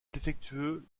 défectueux